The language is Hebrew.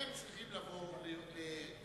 הם צריכים לבוא ליושב-ראש